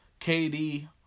KD